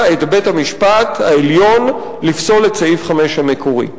את בית-המשפט העליון לפסול את סעיף 5 המקורי.